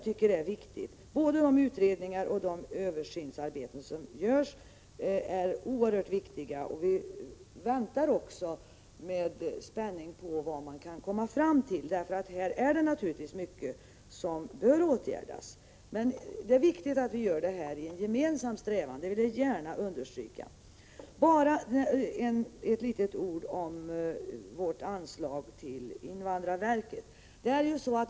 Såväl de utredningar som de översyner som görs är oerhört viktiga. Vi väntar också med spänning på vad man kan komma fram till — här är det naturligtvis mycket som bör åtgärdas. Men det är viktigt att vi gör det i en gemensam strävan — det vill jag gärna understryka. Bara några ord om vårt förslag till anslag till invandrarverket.